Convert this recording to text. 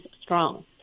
strong